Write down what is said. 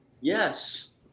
Yes